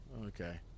Okay